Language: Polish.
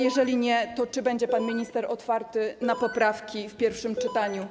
Jeżeli nie, to czy będzie pan minister otwarty na poprawki w pierwszym czytaniu?